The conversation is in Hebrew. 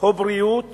או בריאות